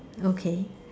okay